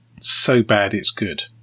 so-bad-it's-good